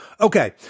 Okay